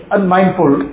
Unmindful